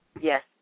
yes